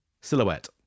silhouette